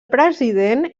president